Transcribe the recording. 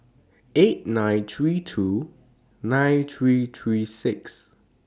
eight nine three two nine three three six